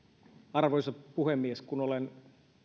arvoisa puhemies kun olen